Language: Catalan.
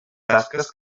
tasques